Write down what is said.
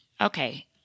okay